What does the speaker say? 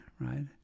right